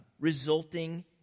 resulting